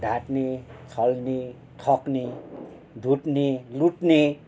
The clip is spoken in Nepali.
ढाट्ने छल्ने ठग्ने धुत्ने लुट्ने